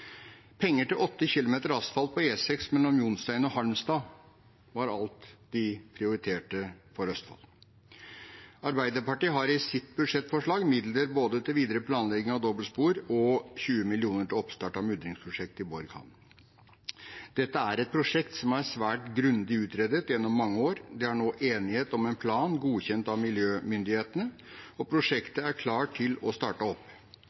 Penger til åtte kilometer asfalt på E6 mellom Jonstein og Halmstad var alt de prioriterte for Østfold. Arbeiderpartiet har i sitt budsjettforslag både midler til videre planlegging av dobbeltspor og 20 mill. kr til oppstart av mudringsprosjektet i Borg havn. Dette er et prosjekt som er svært grundig utredet gjennom mange år. Det er nå enighet om en plan, godkjent av miljømyndighetene, og